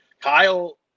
Kyle